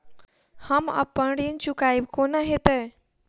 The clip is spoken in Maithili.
हम अप्पन ऋण चुकाइब कोना हैतय?